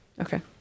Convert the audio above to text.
Okay